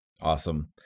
Awesome